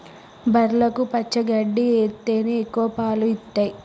బర్లకు పచ్చి గడ్డి ఎత్తేనే ఎక్కువ పాలు ఇత్తయ్